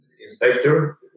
inspector